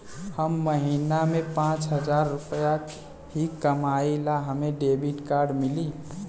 हम महीना में पाँच हजार रुपया ही कमाई ला हमे भी डेबिट कार्ड मिली?